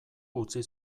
utzi